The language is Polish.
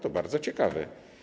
To bardzo ciekawe.